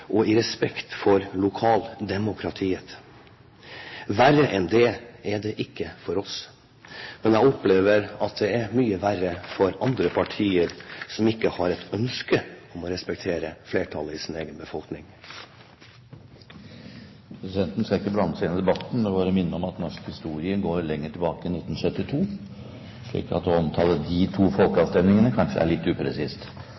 og i respekt for lokaldemokratiet. Verre enn det er det ikke for oss. Men jeg opplever at det er mye verre for andre partier, som ikke har et ønske om å respektere flertallet i sin egen befolkning. Presidenten skal ikke blande seg inn i debatten, men vil bare minne om at norsk historie går lenger tilbake enn til 1972, slik at å omtale de to